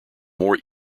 more